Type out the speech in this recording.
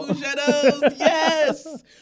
Yes